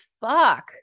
fuck